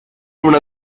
una